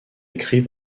écrits